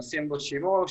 עושים בו שימוש,